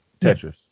Tetris